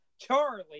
Charlie